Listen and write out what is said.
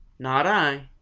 not i!